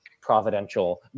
providential